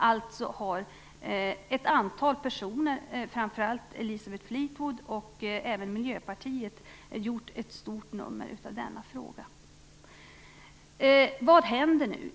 Alltså har ett antal personer, framför allt Elisabeth Fleetwood, och även Miljöpartiet gjort ett stort nummer av denna fråga. Vad händer nu?